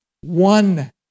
One